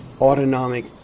autonomic